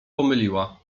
pomyliła